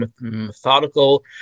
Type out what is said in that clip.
methodical